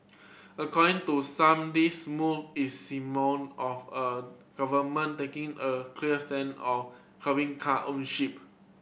according to some this move is seem more of a government taking a clear stand on curbing car ownership